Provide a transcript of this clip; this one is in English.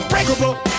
Unbreakable